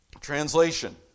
Translation